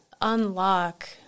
unlock